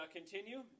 continue